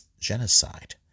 genocide